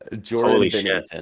Jordan